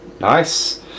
Nice